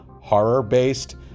horror-based